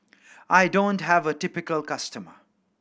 I don't have a typical customer